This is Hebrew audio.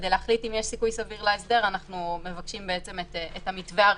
כדי להחליט אם יש סיכוי סביר להסדר אנחנו מבקשים את המתווה הראשוני,